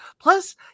Plus